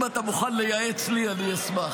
אם אתה מוכן לייעץ לי, אני אשמח.